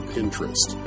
Pinterest